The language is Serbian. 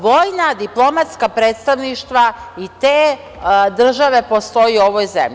Vojna, diplomatska predstavništva i te države postoje u ovoj zemlji.